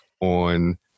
on